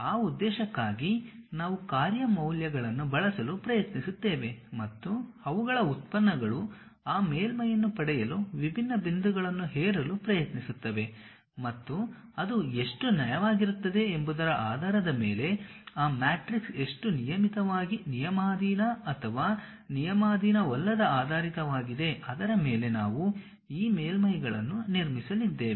ಆ ಉದ್ದೇಶಕ್ಕಾಗಿ ನಾವು ಕಾರ್ಯ ಮೌಲ್ಯಗಳನ್ನು ಬಳಸಲು ಪ್ರಯತ್ನಿಸುತ್ತೇವೆ ಮತ್ತು ಅವುಗಳ ಉತ್ಪನ್ನಗಳು ಆ ಮೇಲ್ಮೈಯನ್ನು ಪಡೆಯಲು ವಿಭಿನ್ನ ಬಿಂದುಗಳನ್ನು ಹೇರಲು ಪ್ರಯತ್ನಿಸುತ್ತವೆ ಮತ್ತು ಅದು ಎಷ್ಟು ನಯವಾಗಿರುತ್ತದೆ ಎಂಬುದರ ಆಧಾರದ ಮೇಲೆ ಆ ಮ್ಯಾಟ್ರಿಕ್ಸ್ ಎಷ್ಟು ನಿಯಮಿತವಾಗಿ ನಿಯಮಾಧೀನ ಅಥವಾ ನಿಯಮಾಧೀನವಲ್ಲದ ಆಧಾರಿತವಾಗಿದೆ ಅದರ ಮೇಲೆ ನಾವು ಈ ಮೇಲ್ಮೈಗಳನ್ನು ನಿರ್ಮಿಸಲಿದ್ದೇವೆ